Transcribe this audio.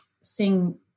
sing